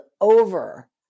over